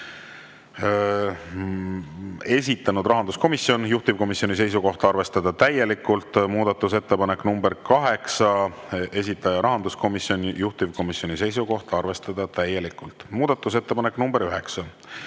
esitanud rahanduskomisjon, juhtivkomisjoni seisukoht on arvestada täielikult. Muudatusettepanek nr 8, esitaja rahanduskomisjon, juhtivkomisjoni seisukoht on arvestada täielikult. Muudatusettepanek nr 9,